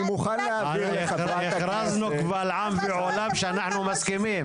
הרי הכרזנו כבל עם ועולם שאנחנו מסכימים.